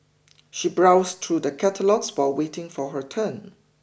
she browsed through the catalogues while waiting for her turn